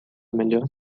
melhor